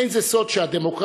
אין זה סוד שהדמוקרטיה,